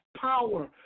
power